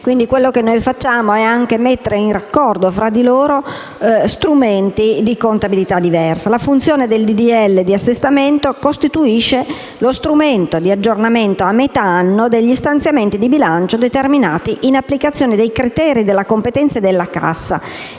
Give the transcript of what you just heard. Quindi, ciò che facciamo è mettere in raccordo fra loro strumenti di contabilità diversa. La funzione del disegno di legge di assestamento costituisce lo strumento di aggiornamento a metà anno degli stanziamenti di bilancio determinati in applicazione dei criteri della competenza e della cassa,